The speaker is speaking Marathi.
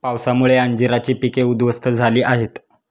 पावसामुळे अंजीराची पिके उध्वस्त झाली आहेत